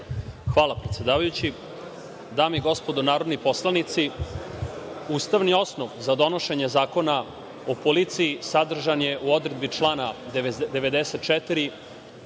Hvala predsedavajući. Dame i gospodo narodni poslanici, ustavni osnov za donošenje Zakona o policiji sadržan je u odredbi člana 94.